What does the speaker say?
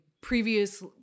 previous